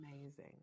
Amazing